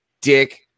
dick